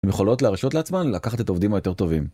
הם יכולות להרשות לעצמם, לקחת את העובדים היותר טובים.